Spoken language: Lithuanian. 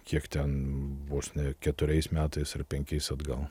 kiek ten vos ne keturiais metais ar penkiais atgal